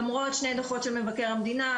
למרות שני דוחות של מבקר המדינה,